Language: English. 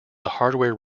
hardware